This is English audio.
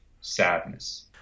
sadness